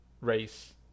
race